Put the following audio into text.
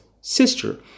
sister